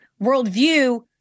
worldview